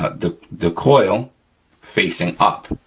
ah the the coil facing up,